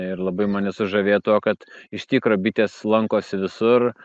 ir labai mane sužavėjo tuo kad iš tikro bitės lankosi visur